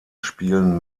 spielen